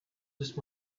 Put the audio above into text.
just